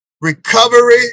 recovery